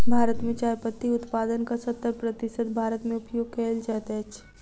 भारत मे चाय पत्ती उत्पादनक सत्तर प्रतिशत भारत मे उपयोग कयल जाइत अछि